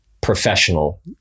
professional